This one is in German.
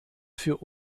für